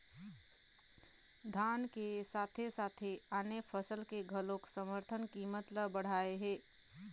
धान के साथे साथे आने फसल के घलोक समरथन कीमत ल बड़हाए हे